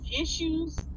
issues